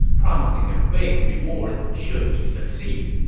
promising a big reward should he succeed.